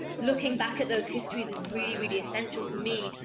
looking back at those histories is really, really essential for me,